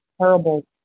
terrible